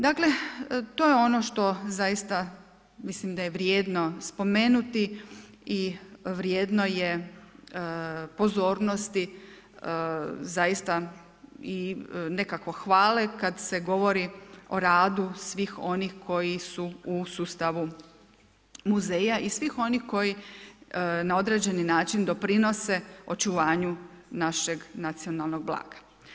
Dakle, to je ono što zaista mislim da je vrijedno spomenuti i vrijedno je pozornosti zaista i nekako hvale kad se govori o radu svih onih koji su u sustavu muzeja i svih onih koji na određeni način doprinose očuvanju našeg nacionalnog blaga.